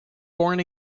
born